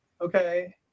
Okay